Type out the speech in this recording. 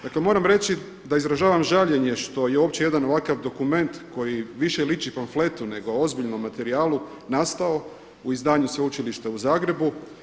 Dakle, moram reći da izražavam žaljenje što je uopće jedan ovakav dokument koji više liči pamfletu nego ozbiljnom materijalu nastao u izdanju Sveučilišta u Zagrebu.